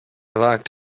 locked